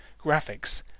graphics